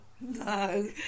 No